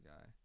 guy